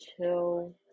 chill